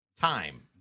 Time